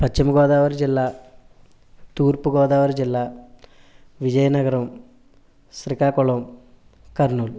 పశ్చిమగోదావరి జిల్లా తూర్పుగోదావరి జిల్లా విజయనగరం శ్రీకాకుళం కర్నూలు